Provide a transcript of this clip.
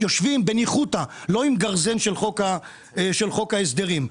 יושבים בניחותא, לא עם גרזן של חוק ההסדרים.